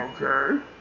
Okay